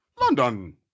London